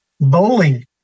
Bowling